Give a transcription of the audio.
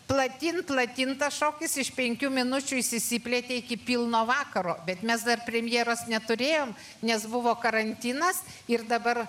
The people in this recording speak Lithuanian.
platyn platyn tas šokis iš penkių minučių jis išsiplėtė iki pilno vakaro bet mes dar premjeros neturėjom nes buvo karantinas ir dabar